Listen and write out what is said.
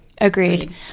Agreed